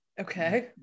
Okay